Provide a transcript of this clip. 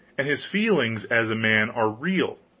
and his feelings, as a man, are real,